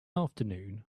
afternoon